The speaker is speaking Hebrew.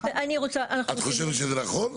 את חושבת שזה נכון?